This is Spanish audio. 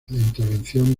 intervención